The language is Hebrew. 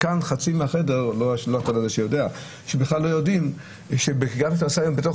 כאן חצי מהחדר לא יודעים שכאשר אתה נוסע היום בתוך